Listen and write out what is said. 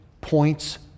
points